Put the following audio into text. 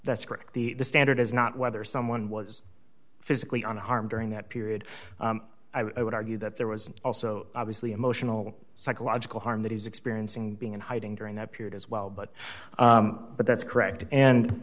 that's correct the standard is not whether someone was physically unharmed during that period i would argue that there was also obviously emotional psychological harm that he's experiencing being in hiding during that period as well but but that's correct and